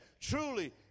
truly